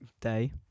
day